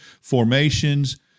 formations